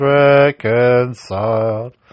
reconciled